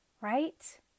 right